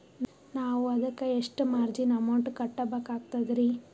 ನಾವು ಅದಕ್ಕ ಎಷ್ಟ ಮಾರ್ಜಿನ ಅಮೌಂಟ್ ಕಟ್ಟಬಕಾಗ್ತದ್ರಿ?